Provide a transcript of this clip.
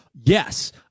yes